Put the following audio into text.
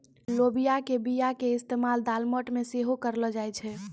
लोबिया के बीया के इस्तेमाल दालमोट मे सेहो करलो जाय छै